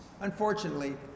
Unfortunately